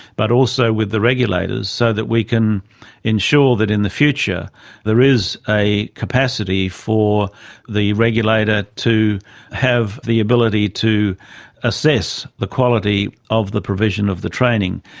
but also with the regulators so that we can ensure that in the future there is a capacity for the regulator to have the ability to assess the quality of the provision of the training.